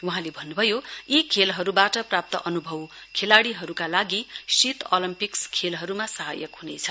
वहाँले भन्नुभयो यी खेलहरुबाट प्राप्त अनुभव खेलाड़ीहरुका लागि शीत ओलेम्पिक्स खेलहरुमा सहायक हुनेछ